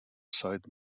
side